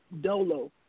Dolo